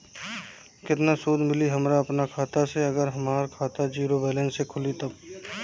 केतना सूद मिली हमरा अपना खाता से अगर हमार खाता ज़ीरो बैलेंस से खुली तब?